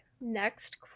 Next